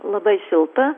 labai šilta